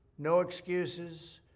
no excuses,